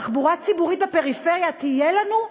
תחבורה ציבורית בפריפריה תהיה לנו?